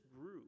grew